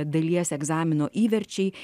dalies egzamino įverčiai